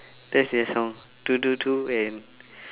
that's their song ddu-du ddu-du and